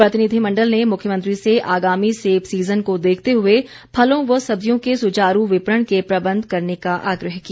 प्रतिनिधिमंडल ने मुख्यमंत्री से आगामी सेब सीजन को देखते हुए फलों व सब्जियों के सुचारू विपणन के प्रबंध करने का आग्रह किया